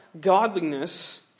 godliness